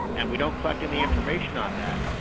and we don't collect any information on that.